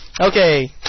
Okay